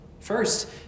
First